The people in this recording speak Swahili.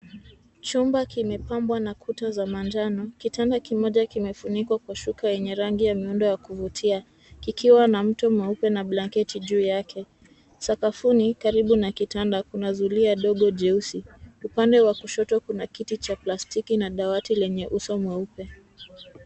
Chumba kimepambwa na kuta za manjano. Kitanda kimoja kimefunikwa kwa shuka yenye rangi ya miundo ya kuvutia kikiwa na mto mweupe na blanketi juu yake. Sakafuni karibu na kitanda kuna zulia dogo jeusi. Upande wa kushoto kuna kiti cha plastiki na dawati lenye uso mweupe.